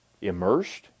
immersed